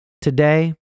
Today